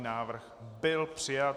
Návrh byl přijat.